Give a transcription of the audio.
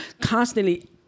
constantly